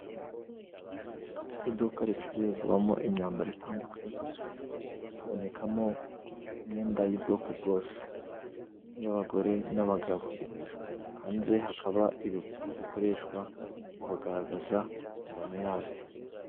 Iduka ricururizwamo imyambaro itandukanye ,habonekamo imyenda y'ubwoko bwose, nk'iy'abagore n'abagabo ,hanze hakaba ibipupe bikoreshwa mu bagaragaza ingano yabyo.